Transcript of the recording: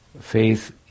faith